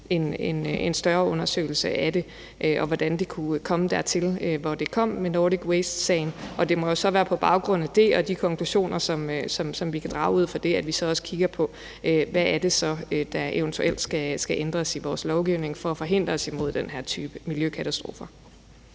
en større undersøgelse af, hvordan det kunne komme dertil, hvor det kom, med Nordic Waste-sagen. Det må så være på baggrund af det og de konklusioner, som vi kan drage af det, at vi så også kigger på, hvad det så er, der eventuelt skal ændres i vores lovgivning for at forhindre den her type miljøkatastrofer.